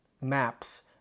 Maps